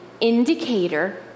indicator